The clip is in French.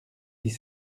dix